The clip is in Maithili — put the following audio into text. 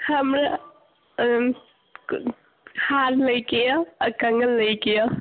हमरा हार लयके यऽ आ कङ्गन लयके यऽ